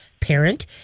Parent